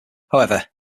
however